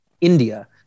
India